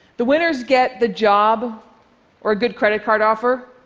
the winners get the job or a good credit card offer.